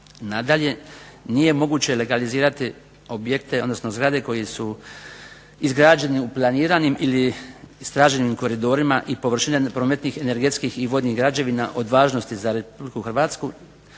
Nadalje, nije moguće legalizirati zgrade koje su izgrađene u planiranim i istraženim koridorima i površine prometnih, energetskih i vodnih građevina od važnosti za Republiku Hrvatsku